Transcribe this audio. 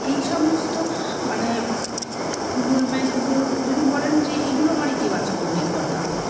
এই সমস্ত মানে বলবেন যদি বলেন যে এগুলো আমার ইতিবাচক অভিজ্ঞতা